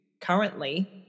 currently